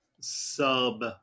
sub